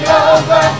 over